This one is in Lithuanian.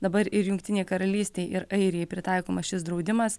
dabar ir jungtinei karalystei ir airijai pritaikomas šis draudimas